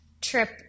trip